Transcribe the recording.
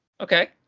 okay